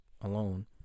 alone